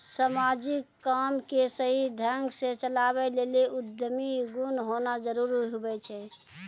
समाजिक काम के सही ढंग से चलावै लेली उद्यमी गुण होना जरूरी हुवै छै